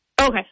Okay